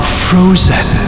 frozen